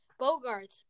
Bogarts